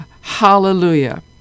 Hallelujah